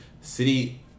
City